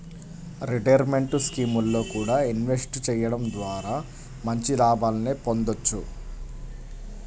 retirement స్కీముల్లో కూడా invest చెయ్యడం ద్వారా మంచి లాభాలనే పొందొచ్చు